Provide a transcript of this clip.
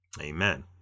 Amen